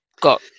got